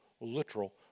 literal